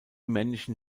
männlichen